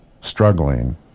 struggling